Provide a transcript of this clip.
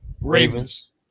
Ravens